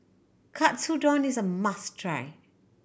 katsudon is a must try